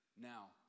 Now